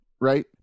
right